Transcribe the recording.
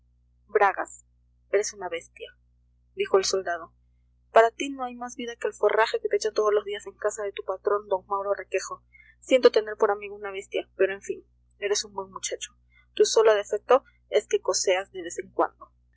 bragas eres una bestia dijo el soldado para ti no hay más vida que el forraje que te echan todos los días en casa de tu patrón d mauro requejo siento tener por amigo una bestia pero en fin eres un buen muchacho tu solo defecto es que coceas de vez en cuando